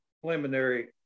preliminary